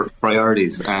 priorities